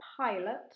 pilot